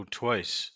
twice